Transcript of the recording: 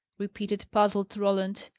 repeated puzzled roland.